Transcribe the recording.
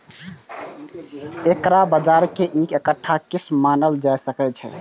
एकरा बाजार के ही एकटा किस्म मानल जा सकै छै